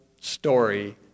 story